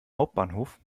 hauptbahnhof